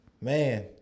Man